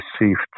received